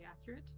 accurate